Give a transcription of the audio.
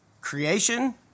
creation